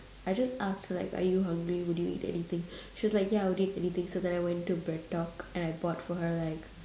I just asked like are you hungry would eat anything she was like ya I would eat anything so then I went to BreadTalk and I bought for her like